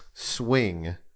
swing